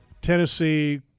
Tennessee